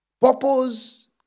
Purpose